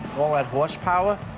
all that horsepower?